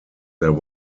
there